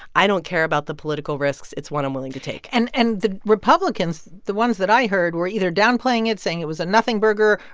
i don't care about the political risks. it's what i'm willing to take and and the republicans, the ones that i heard were either downplaying it, saying it was a nothing burger,